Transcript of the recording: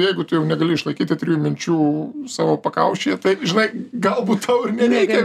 jeigu tu jau negali išlaikyti trijų minčių savo pakaušyje tai žinai galbūt tau ir nereikia